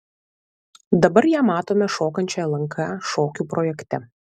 dabar ją matome šokančią lnk šokių projekte